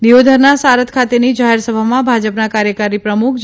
દિયોઘરના સારથ ખાતેની જાહેરસભામાં ભાજપના કાર્યકારી પ્રમુખ જે